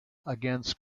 against